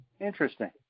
Interesting